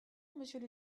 monsieur